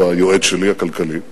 היועץ הכלכלי שלי,